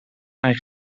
mijn